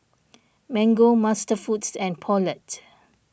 Mango MasterFoods and Poulet